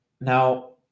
Now